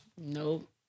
Nope